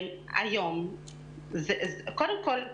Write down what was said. קודם כל,